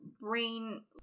Brain